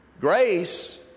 Grace